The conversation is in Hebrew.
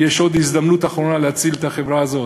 יש עוד הזדמנות אחרונה להציל את החברה הזאת,